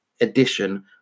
edition